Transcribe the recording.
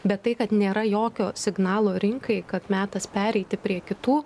bet tai kad nėra jokio signalo rinkai kad metas pereiti prie kitų